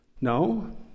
No